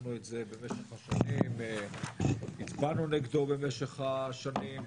אמרנו את זה במשך השנים, הצבענו נגדו במשך השנים.